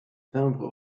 timbres